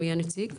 מי יציג?